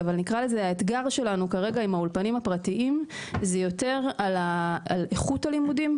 האתגר שלנו כרגע עם האולפנים הפרטיים הוא יותר על איכות הלימודים,